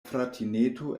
fratineto